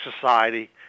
society